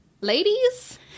ladies